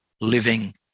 living